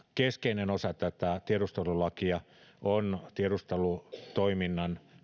keskeinen osa tätä tiedustelulakia on muun muassa tiedustelutoiminnan